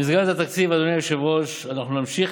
במסגרת התקציב, אדוני היושב-ראש, אנחנו נמשיך,